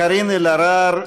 קארין אלהרר,